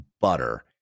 butter